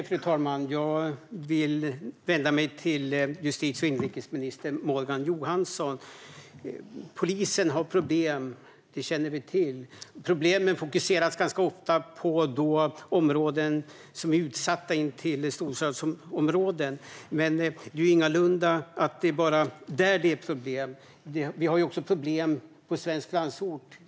Fru talman! Jag vill vända mig till justitie och inrikesminister Morgan Johansson. Polisen har problem. Det känner vi till. Problemen fokuseras ganska ofta på utsatta områden intill storstäder. Men det är ingalunda bara där det är problem. Vi har också problem i svensk landsbygd.